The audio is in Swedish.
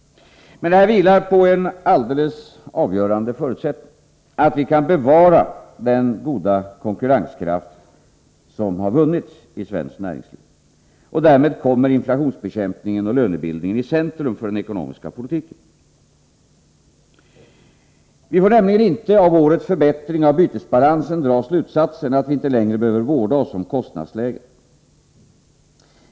Detta vilar på en alldeles avgörande förutsättning, nämligen att vi kan bevara den goda konkurrenskraft som vunnits i svenskt näringsliv. Därmed kommer inflationsbekämpningen och lönebildningen i centrum för den ekonomiska politiken. Vi får nämligen inte av årets förbättring av bytesbalansen dra slutsatsen att vi inte längre behöver vårda oss om kostnadsläget.